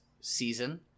season